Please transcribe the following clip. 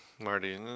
Marty